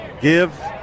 Give